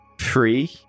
Free